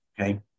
okay